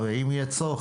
הרי אם יהיה צורך,